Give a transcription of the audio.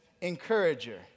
Encourager